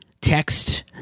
Text